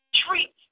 treat